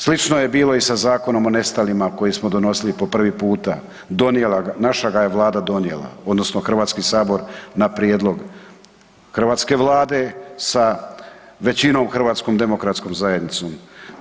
Slično je bilo i sa zakonom o nestalima koji smo donosili po prvi puta, donijela ga, naša ga je Vlada donijela odnosno Hrvatski sabor na prijedlog hrvatske Vlade sa većinom HDZ-om.